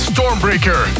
Stormbreaker